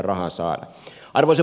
arvoisa puhemies